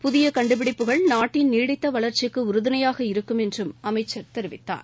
புதிய கண்டுபிடிப்புகள் நாட்டின் நீடித்த வளர்ச்சிக்கு உறுதுணையாக இருக்குமென்றும் என்று அமைச்சர் தெரிவித்தார்